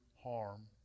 harm